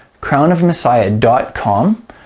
crownofmessiah.com